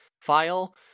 file